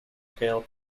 scale